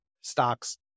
stocks